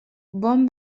bon